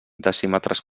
decímetres